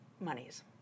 monies